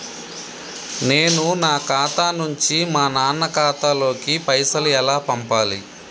నేను నా ఖాతా నుంచి మా నాన్న ఖాతా లోకి పైసలు ఎలా పంపాలి?